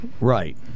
Right